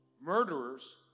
murderers